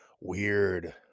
weird